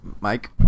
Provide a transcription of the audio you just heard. mike